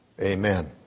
Amen